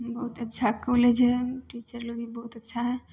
बहुत अच्छा कॉलेज हइ टीचर लोग भी बहुत अच्छा हइ